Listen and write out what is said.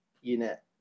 unit